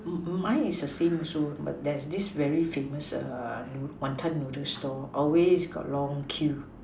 mm my is the same also but that this very famous err know wanton noodles stall always got long queue